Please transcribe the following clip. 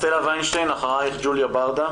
סטלה וינשטיין ואחריה ג'וליה ברדה